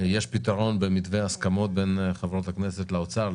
יש פתרון במתווה הסכמות בין חברות הכנסת לאוצר,